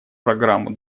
программу